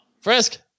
Frisk